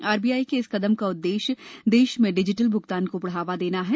RBI के इस कदम का उद्देश्य देश में डिजिटल भ्गतान को बढ़ावा देना है